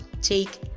take